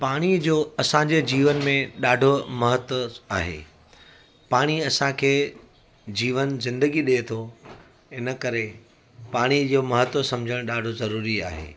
पाणीअ जो असांजे जीवन में ॾाढो महत्व आहे पाणी असांखे जीवन ज़िंदगी ॾिए थो इन करे पाणीअ जो महत्व सम्झणु ॾाढो ज़रूरी आहे